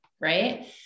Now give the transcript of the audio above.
right